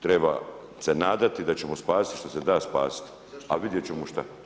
Treba se nadati da ćemo spasiti što se da spasiti, ali vidjet ćemo šta.